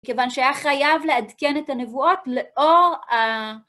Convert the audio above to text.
כיוון שהיה חייב לעדכן את הנבואות לאור ה...